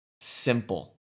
simple